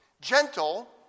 gentle